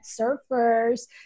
surfers